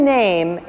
name